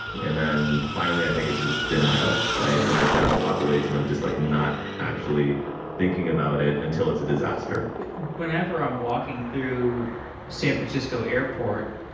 and then finally, i think, it's just denial from the general population of just like not actually thinking about it until it's a disaster whenever i'm walking through san francisco airport,